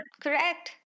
Correct